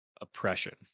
oppression